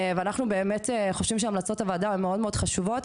ואנחנו באמת חושבים שהמלצות הוועדה מאוד מאוד חשובות,